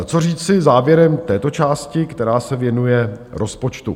Co říci závěrem této části, která se věnuje rozpočtu?